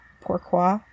Pourquoi